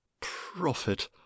Prophet